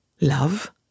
Love